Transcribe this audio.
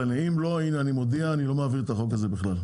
אם לא, אני מודיע אני לא מעביר את החוק הזה בכלל.